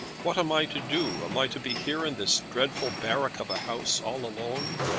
what am i to do? am i to be here in this dreadful barrack of a house all alone?